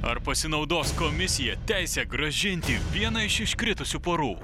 ar pasinaudos komisija teise grąžinti vieną iš iškritusių porų